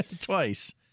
twice